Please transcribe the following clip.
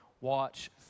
watch